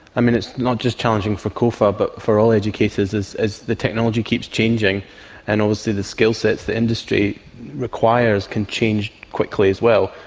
um and it's not just challenging for cofa but for all educators as as the technology keeps changing and obviously the skillsets the industry requires can change quickly as well.